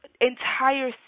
entire